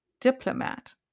diplomat